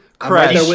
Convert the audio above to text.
Crash